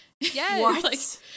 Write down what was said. Yes